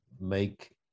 make